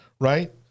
right